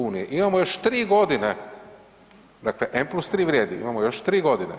Imamo još 3 godine, dakle M+3 vrijedi, imamo još 3 godine.